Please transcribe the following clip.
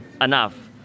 enough